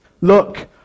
Look